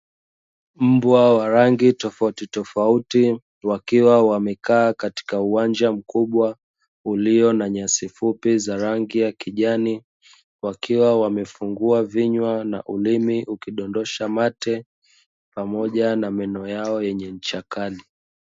Mbwa wa rangi tofauti tofauti, wakiwa wamekaa katika uwanja mkubwa ulio na nyasi fupi za rangi ya kijani. Wakiwa wamefungua vinywa, na ulimi ukidondosha mate, pamoja na meno yao yenye ncha kali.